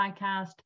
Podcast